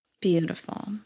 beautiful